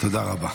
תודה רבה.